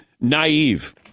naive